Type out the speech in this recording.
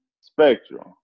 Spectrum